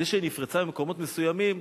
זה שהיא נפרצה במקומות מסוימים,